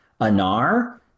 Anar